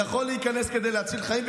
יכול להיכנס כדי להציל חיים,